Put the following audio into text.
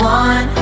one